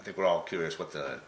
i think we're all curious what the